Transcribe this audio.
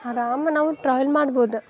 ಆರಾಮ ನಾವು ಟ್ರಾವೆಲ್ ಮಾಡ್ಬೋದು